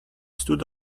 stood